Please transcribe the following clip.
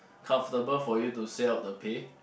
comfortable for you to say out the pay